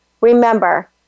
remember